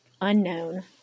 unknown